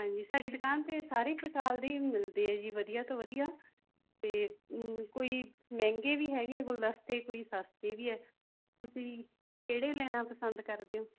ਹਾਂਜੀ ਸਾਡੀ ਦੁਕਾਨ 'ਤੇ ਸਾਰੇ ਹੀ ਪ੍ਰਕਾਰ ਦੇ ਮਿਲਦੇ ਹੈ ਜੀ ਵਧੀਆ ਤੋਂ ਵਧੀਆ ਅਤੇ ਕੋਈ ਮਹਿੰਗੇ ਵੀ ਹੈਗੇ ਗੁਲਦਸਤੇ ਕੋਈ ਸਸਤੇ ਵੀ ਹੈ ਤੁਸੀਂ ਕਿਹੜੇ ਲੈਣਾ ਪਸੰਦ ਕਰਦੇ ਹੋ